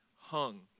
hung